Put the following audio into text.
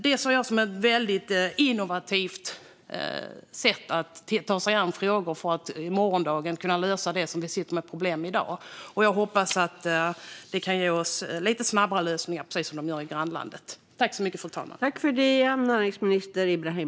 Detta ser jag som ett innovativt sätt att ta sig an frågor för att i morgon kunna lösa de problem vi sitter med i dag. Jag hoppas att detta kan ge oss lite snabbare lösningar, precis som i vårt grannland.